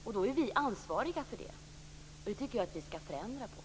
Därmed blir vi ansvariga för detta. Det tycker jag att vi ska ändra på.